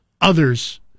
others